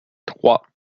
trois